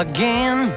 Again